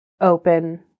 open